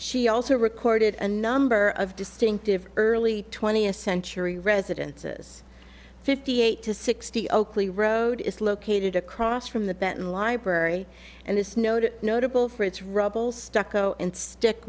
she also recorded a number of distinctive early twentieth century residences fifty eight to sixty oakley road is located across from the benton library and it's noted notable for its rubble stucco and stick